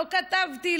לא כתבתי,